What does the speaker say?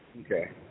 Okay